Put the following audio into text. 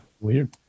weird